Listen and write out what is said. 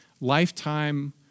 lifetime